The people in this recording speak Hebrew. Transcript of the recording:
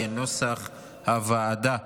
כנוסח הוועדה.